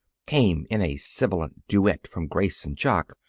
came in a sibilant duet from grace and jock.